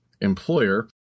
employer